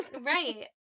Right